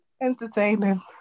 Entertaining